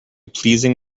pleasing